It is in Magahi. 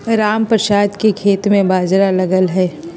रामप्रसाद के खेत में बाजरा लगल हई